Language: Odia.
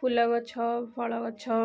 ଫୁଲ ଗଛ ଫଳ ଗଛ